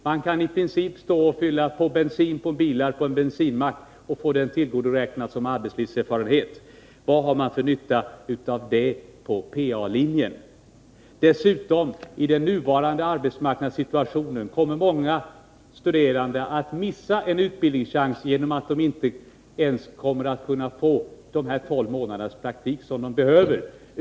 Man kan i princip stå och fylla på bensin i bilar på en bensinmack under den tid som man får tillgodoräknad som arbetslivserfarenhet. Vad har man för nytta av det på PA-linjen? Dessutom kommer i den nuvarande arbetsmarknadssituationen många studerande att missa en utbildningschans genom att de inte ens kommer att kunna få de 12 månaders praktik som de behöver.